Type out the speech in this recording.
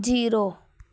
zero